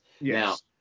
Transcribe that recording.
Yes